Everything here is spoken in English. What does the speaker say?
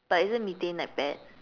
but isn't methane like bad